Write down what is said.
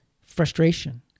frustration